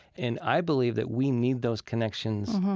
and i believe that we need those connections.